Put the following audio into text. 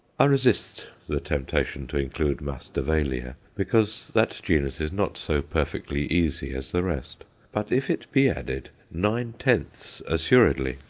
i resist the temptation to include masdevallia, because that genus is not so perfectly easy as the rest but if it be added, nine-tenths, assuredly,